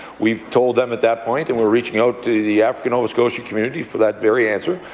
we told them at that point and we're reaching out to the african nova scotia community for that very answer.